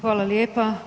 Hvala lijepa.